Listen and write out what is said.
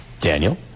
Daniel